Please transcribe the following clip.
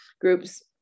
groups